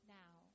now